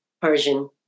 Persian